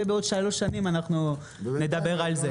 ובעוד שלוש שנים אנחנו נדבר על זה.